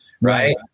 Right